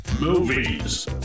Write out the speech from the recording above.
movies